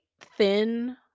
thin